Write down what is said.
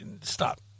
Stop